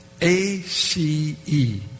A-C-E